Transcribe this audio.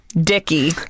dicky